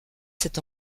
cet